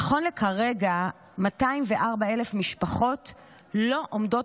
נכון לרגע זה 204,000 משפחות לא עומדות